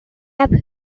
habe